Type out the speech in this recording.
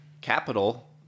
capital